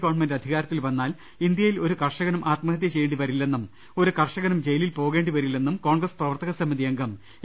government അധി കാരത്തിൽ വന്നാൽ ഇന്ത്യയിൽ ഒരു കർഷകനും ആത്മഹത്യ ചെയ്യേ ണ്ടി വരില്ലന്നും ഒരു കർഷകനും ജയിലിൽ പോകേണ്ടി വരില്ലന്നും കോൺഗ്രസ് പ്രവർത്തക സമിതി അംഗം എ